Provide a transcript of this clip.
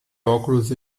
óculos